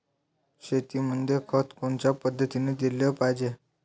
शेतीमंदी खत कोनच्या पद्धतीने देलं पाहिजे?